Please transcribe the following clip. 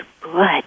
good